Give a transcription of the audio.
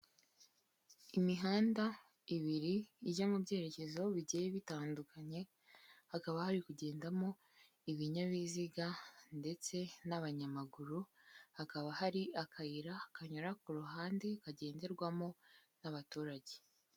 Imihanda ibiri ijya mu byerekezo aho bigiye bitandukanye hakaba hari kugendamo ibinyabiziga ndetse n'abanyamaguru. Hakaba hari akayira kanyura ku ruhande kagenderwamo n'abaturage.